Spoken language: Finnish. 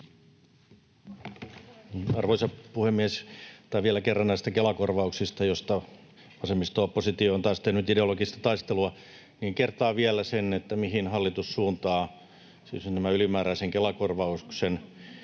Arvoisa puhemies! Vielä kerran näistä Kela-korvauksista, joista vasemmisto-oppositio on taas tehnyt ideologista taistelua, kertaan, mihin hallitus suuntaa tämän ylimääräisen Kela-korvauksen: